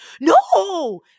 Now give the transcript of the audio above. No